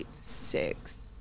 six